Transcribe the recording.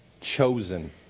chosen